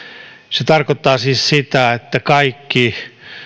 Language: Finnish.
se tarkoittaa siis sitä että kaikki